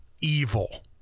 evil